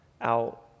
out